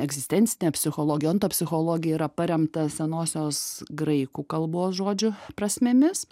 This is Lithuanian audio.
egzistencinė psichologija psichologija yra paremta senosios graikų kalbos žodžių prasmėmis